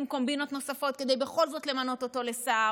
קומבינות נוספות כדי בכל זאת למנות אותו לשר,